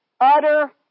utter